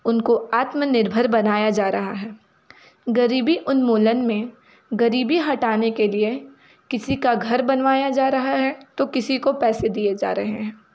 उन को आत्मनिर्भर बनाया जा रहा है ग़रीबी उन्मूलन में ग़रीबी हटाने के लिए किसी का घर बनवाया जा रहा है तो किसी को पैसे दिए जा रहे हैं